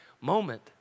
moment